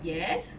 yes